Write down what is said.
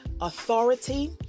authority